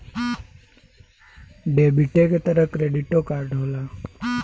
डेबिटे क तरह क्रेडिटो कार्ड होला